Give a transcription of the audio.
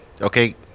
okay